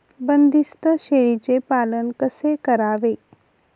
बंदिस्त शेळीचे पालन कसे करावे?